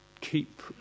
keep